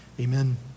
Amen